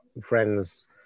friends